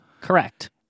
Correct